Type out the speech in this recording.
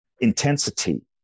intensity